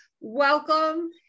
welcome